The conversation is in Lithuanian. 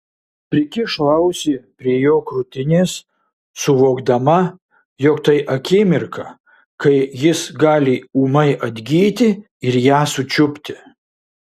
prikišo ausį prie jo krūtinės suvokdama jog tai akimirka kai jis gali ūmai atgyti ir ją sučiupti